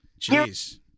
Jeez